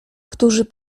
którzy